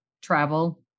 travel